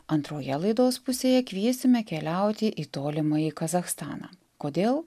antroje laidos pusėje kviesime keliauti į tolimąjį kazachstaną kodėl